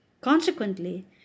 Consequently